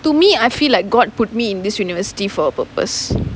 to me I feel like god put me in this university for purpose